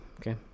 Okay